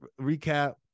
recap